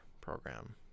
program